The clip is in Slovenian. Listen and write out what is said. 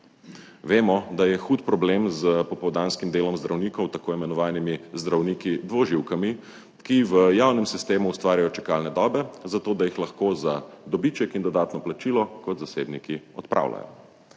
Vemo, da je hud problem s popoldanskim delom zdravnikov, tako imenovanimi zdravniki dvoživkami, ki v javnem sistemu ustvarjajo čakalne dobe, zato da jih lahko za dobiček in dodatno plačilo kot zasebniki odpravljajo.